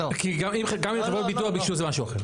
כי גם אם חברות הביטוח ביקשו זה משהו אחר.